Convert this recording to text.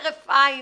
כהרף עין,